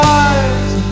eyes